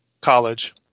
college